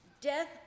death